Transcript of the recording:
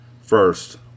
First